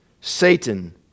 Satan